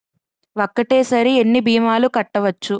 ఒక్కటేసరి ఎన్ని భీమాలు కట్టవచ్చు?